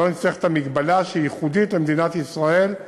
ולא נצטרך את המגבלה, שהיא ייחודית למדינת ישראל,